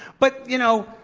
but you know,